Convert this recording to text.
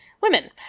women